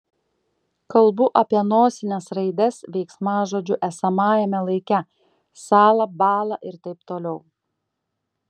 kalbu apie nosines raides veiksmažodžių esamajame laike sąla bąla ir taip toliau